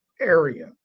area